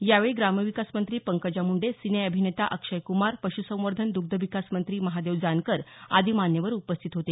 यावेळी ग्रामविकास मंत्री पंकजा मुंडे सिनेअभिनेता अक्षय क्मार पश्रसंवर्धन दग्धविकास मंत्री महादेव जानकर आदी मान्यवर उपस्थित होते